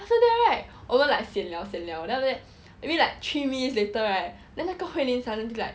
after that right 我们 like sian liao sian liao then after that maybe like three minutes later right then 那个 hui lin suddenly like here